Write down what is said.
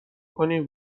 کنیم